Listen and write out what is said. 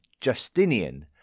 Justinian